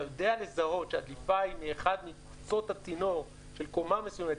אתה יודע לזהות שהדליפה היא מקצות הצינור של קומה מסוימת,